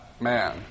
man